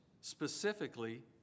specifically